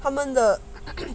他们的